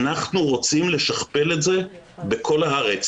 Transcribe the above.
אנחנו רוצים לשכפל את זה בכל הארץ.